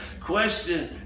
question